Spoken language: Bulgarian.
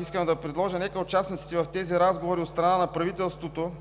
Искам да предложа – нека участниците в тези разговори от страна на правителството,